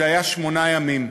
שהיה שמונה ימים.